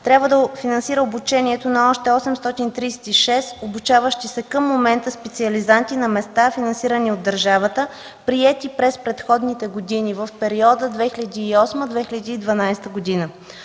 трябва да финансира обучението на още 836 обучаващи се към момента специализанти на места, финансирани от държавата, приети през предходните години – в периода 2008-2012 г.